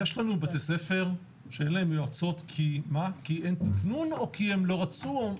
יש לנו בתי ספר שאין להם יועצות כי אין תקנון או כי הם לא רצו?